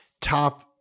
top